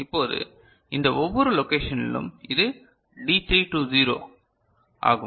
இப்போது இந்த ஒவ்வொரு லோகேஷனிலும் இது டி 3 டு 0 ஆகும்